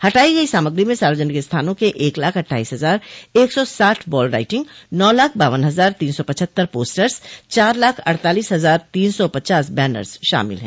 हटाई गई सामग्री में सार्वजनिक स्थानों के एक लाख अट्ठाइस हजार एक सौ साठ वॉल राइटिंग नौ लाख बावन हजार तीन सौ पचहत्तर पोस्टर्स चार लाख अड़तालीस हजार तीन सौ पचास बैनर्स शामिल है